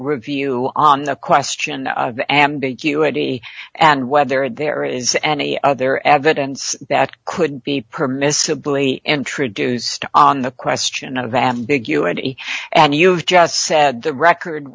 review on the question of ambiguity and whether there is any other evidence that could be permissibly introduced on the question of ambiguity and you just said the record